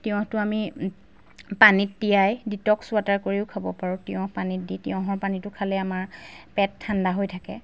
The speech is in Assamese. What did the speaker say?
তিঁয়হতো আমি পানীত তিয়াই ডিটক্স ৱাটাৰ কৰিও খাব পাৰোঁ তিঁয়হ পানীত দি তিঁয়হৰ পানীটো খালে আমাৰ পেট ঠাণ্ডা হৈ থাকে